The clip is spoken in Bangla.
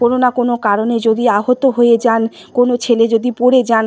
কোনো না কোনো কারণে যদি আহত হয়ে যান কোনো ছেলে যদি পড়ে যান